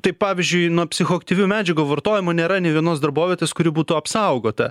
tai pavyzdžiui nuo psichoaktyvių medžiagų vartojimo nėra nė vienos darbovietės kuri būtų apsaugota